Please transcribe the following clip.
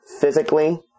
physically